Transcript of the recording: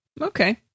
Okay